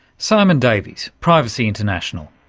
simon davies, privacy international.